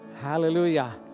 Hallelujah